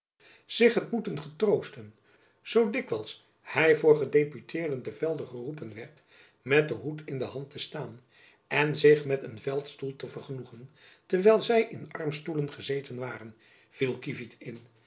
zich het moeten getroosten zoo dikwijls hy voor gedeputeerden te velde geroepen werd met den hoed in de hand te staan en zich met een veldstoel te vergenoegen terwijl zy in armstoelen gezeten waren viel kievit in